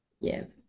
Yes